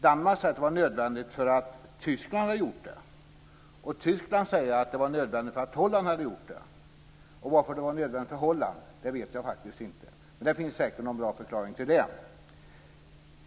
Danmark sade att det var nödvändigt därför att Tyskland hade gjort det. Tyskland säger att det var nödvändigt därför att Holland hade gjort det. Varför det var nödvändigt för Holland vet jag faktiskt inte. Men det finns säkert en bra förklaring till det.